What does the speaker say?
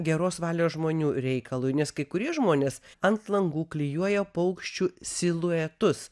geros valios žmonių reikalui nes kai kurie žmonės ant langų klijuoja paukščių siluetus